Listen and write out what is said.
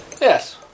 Yes